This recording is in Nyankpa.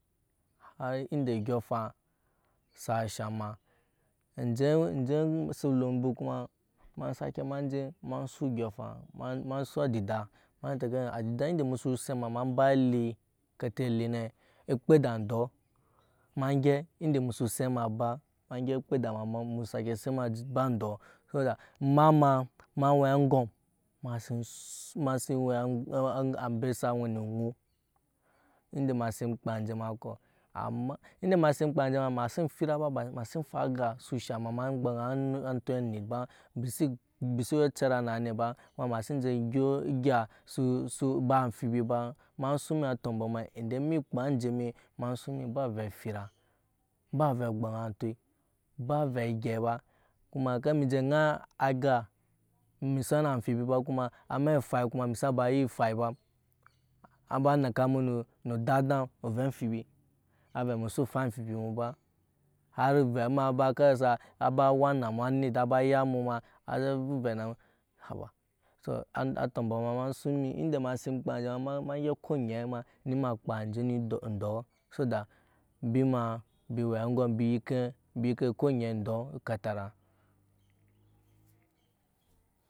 Ai ende odyɔŋ afaŋ sa shaŋ ama enje nje ma sake ma je ma suŋ odyɔŋ afaŋ ma suŋ adida ma teke adida ende musu ese ma ema ba ele kete ele ne okpe eda ndɔɔ ma gyɛp ende musu se ema ndɔɔ ma gyɛp ende musu se ema ba ma gyɛp oke eda musake se ema ba ndɔɔ so da ema ma ema we aŋgom ema si we ambe sawe ni eŋu ende ema sin kpaa anje ema ko ende masi sin kpaa anje ma ma si fira ba ma si fwa aga so shaŋ ma gboŋa antɔi anit ba mbi si we a cara na anit kuma be si je gyɛp ogya su ba amfibi ba ema suŋ mi atɔmbɔ ema ende emi enje mi ma suŋ mi ba ovɛ afira ba avɛ gboŋa anti ba avɛ egei ba kuma ker mije ŋai aga mi sa we na amfibi ba kuma amɛk efai kuma emi sa nyi fai ba a ba nee amu nu da dama ovɛ amfini avɛ musu fai amfibi ba hari ovɛ oba karasa a ba war na mu anit a ba yamu a ze vuvɛ na haba atɔmbɔ ma ena suŋ ende masin kpaa enje ema ma gyɛp ko oŋyɛ ma na kpaa ndɔɔ so da embi ma mbi we aŋgɔm mbi gike ko oŋye odɔɔ ekatara.